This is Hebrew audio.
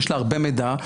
יש לה הרבה מידע,